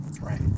right